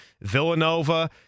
Villanova